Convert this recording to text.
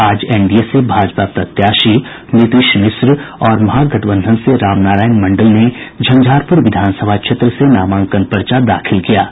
आज एनडीए से भाजपा प्रत्याशी नीतीश मिश्रा और महागठबंधन से राम नारायण मंडल ने झंझारपूर विधानसभा क्षेत्र से नामांकन पर्चा दाखिल किया है